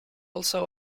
also